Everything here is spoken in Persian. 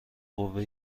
قوه